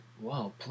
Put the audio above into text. wow